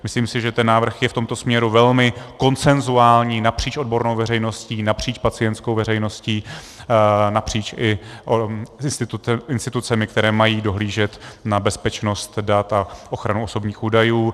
Myslím, že návrh je v tomto směru velmi konsenzuální napříč odbornou veřejností, napříč pacientskou veřejností, napříč i institucemi, které mají dohlížet na bezpečnost dat a ochranu osobních údajů.